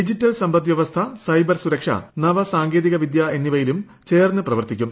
digital സമ്പദ് വ്യവസ്ഥ cyber സുരക്ഷ നവ സാങ്കേതിക വിദ്യ എന്നിവയിലും ചേർന്ന് പ്രവർത്തിക്കും